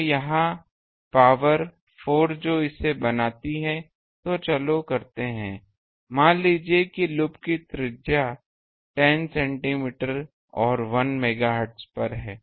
तो यह पावर 4 जो इसे बनाती है तो चलो करते हैं मान लीजिए कि लूप की त्रिज्या 10 सेंटीमीटर और 1 मेगाहर्ट्ज़ पर है